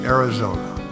Arizona